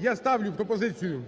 Я ставлю пропозицію